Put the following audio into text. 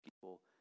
people